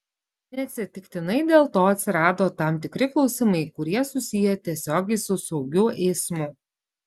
neatsitiktinai dėl to atsirado tam tikri klausimai kurie susiję tiesiogiai su saugiu eismu